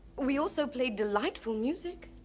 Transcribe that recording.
we also play delightful music.